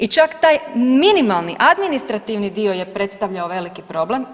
I čak taj minimalni administrativni dio je predstavljao veliki problem.